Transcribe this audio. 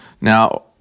Now